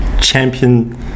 champion